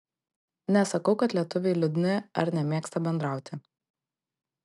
nesakau kad lietuviai liūdni ar nemėgsta bendrauti